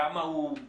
כמה הוא?